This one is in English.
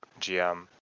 GM